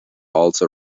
also